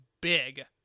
big